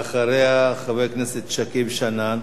ואחריה, חבר הכנסת שכיב שנאן.